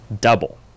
double